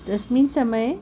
तस्मिन् समये